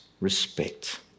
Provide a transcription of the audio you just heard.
Respect